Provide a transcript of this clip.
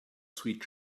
sweet